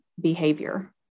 behavior